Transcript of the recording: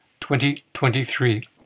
2023